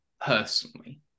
personally